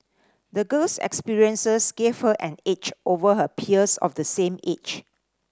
the girl's experiences gave her an edge over her peers of the same age